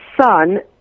son